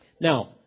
Now